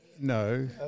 No